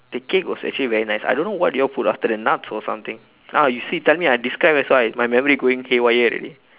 the cake was actually very nice I don't know what you all put after that nuts or something ah you see tell me I describe that's why my memory going haywire already